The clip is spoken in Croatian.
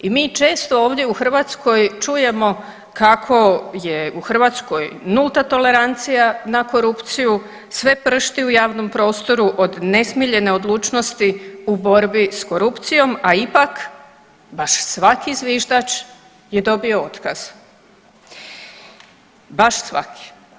I mi često ovdje u Hrvatskoj čujemo kako je u Hrvatskoj nulta tolerancija na korupciju, sve pršti u javnom prostoru od nesmiljene odlučnosti u borbi s korupcijom, a ipak baš svaki zviždač je dobio otkaz, baš svaki.